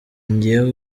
njyewe